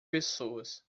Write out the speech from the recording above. pessoas